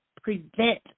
prevent